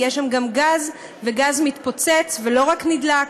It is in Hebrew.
יש שם גם גז וגז מתפוצץ ולא רק נדלק,